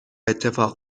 اتفاق